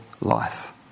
life